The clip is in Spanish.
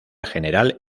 general